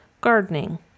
gardening